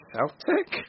Celtic